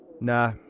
Nah